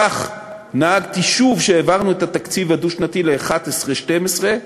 כך נהגתי שוב כשהעברנו את התקציב הדו-שנתי ל-11' 12',